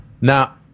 Now